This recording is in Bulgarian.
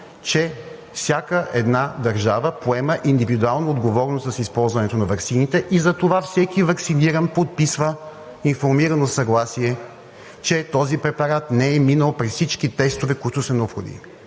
че всяка една държава поема индивидуална отговорност с използването на ваксините и затова всеки ваксиниран подписва информирано съгласие, че този препарат не е минал през всички тестове, които са необходими.